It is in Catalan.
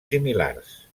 similars